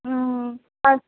হুম আর